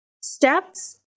steps